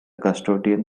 custodian